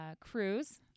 cruise